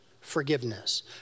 forgiveness